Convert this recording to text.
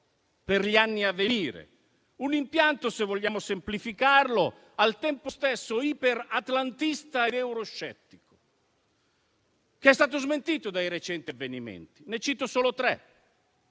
per gli anni a venire; un impianto, se vogliamo semplificarlo, al tempo stesso iperatlantista ed euroscettico, che è stato smentito dai recenti avvenimenti. Ne cito solo tre: